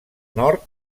nord